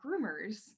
groomers